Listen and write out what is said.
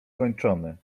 kończony